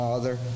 Father